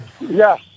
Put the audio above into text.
Yes